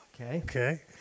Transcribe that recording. Okay